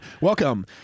welcome